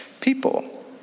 people